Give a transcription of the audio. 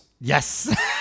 Yes